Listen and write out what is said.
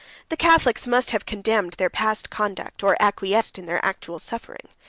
the catholics must have condemned their past conduct or acquiesced in their actual suffering.